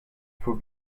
faut